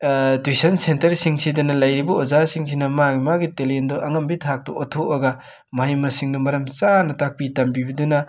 tuition ꯁꯦꯟꯇꯔꯁꯤꯡꯁꯤꯗꯅ ꯂꯩꯔꯤꯕ ꯑꯣꯖꯥꯁꯤꯡꯁꯤꯅ ꯃꯥꯒꯤ ꯃꯥꯒꯤ ꯇꯦꯂꯦꯟꯗꯣ ꯑꯉꯝꯕꯤ ꯊꯥꯛꯇ ꯎꯠꯊꯣꯛꯑꯒ ꯃꯍꯩ ꯃꯁꯤꯡꯅ ꯃꯔꯝ ꯆꯥꯅ ꯇꯥꯛꯄꯤ ꯇꯝꯕꯤꯕꯗꯨꯅ